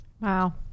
Wow